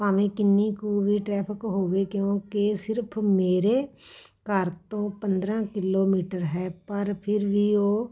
ਭਾਵੇਂ ਕਿੰਨੀ ਕੁ ਵੀ ਟਰੈਫਿਕ ਹੋਵੇ ਕਿਉਂਕਿ ਸਿਰਫ ਮੇਰੇ ਘਰ ਤੋਂ ਪੰਦਰਾਂ ਕਿਲੋਮੀਟਰ ਹੈ ਪਰ ਫਿਰ ਵੀ ਉਹ